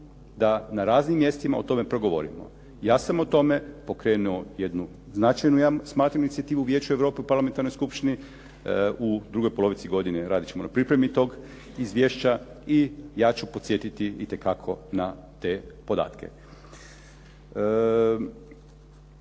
da na raznim mjestima o tome progovorimo? Ja sam o tome pokrenuo jednu značajnu, ja smatram, inicijativu Vijeća Europe u parlamentarnoj skupštini, u drugoj polovici godine raditi ćemo na pripremi tog izvješća i ja ću podsjetiti itekako na te podatke.